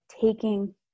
taking